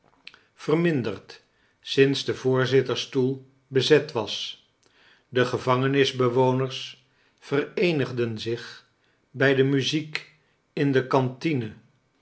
sinds de voorzittersstoel bezet was de gevangenisbewoners vereenigden zich bij de muziek in de cantine